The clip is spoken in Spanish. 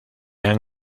han